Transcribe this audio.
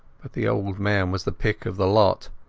but the old man was the pick of the lot.